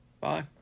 Bye